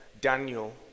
Daniel